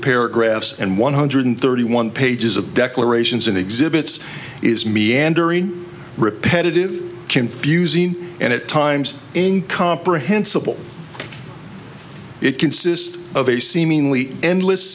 paragraphs and one hundred thirty one pages of declarations and exhibits is meandering repetitive confusing and at times in comprehensible it consists of a seemingly en